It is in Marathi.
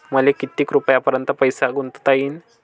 मले किती रुपयापर्यंत पैसा गुंतवता येईन?